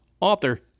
author